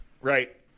right